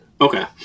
Okay